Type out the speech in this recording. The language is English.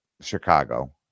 Chicago